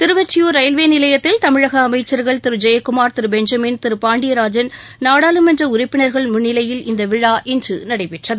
Thiruvottiyur railway நிலையத்தில் தமிழக அமைச்சர்கள் திரு டி ஜெயக்குமார் திரு பெஞ்சமின் திரு பாண்டியராஜன் நாடாளுமன்ற உறுப்பினர்கள் முன்னிலையில் இந்த விழா இன்று நடைபெற்றது